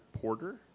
porter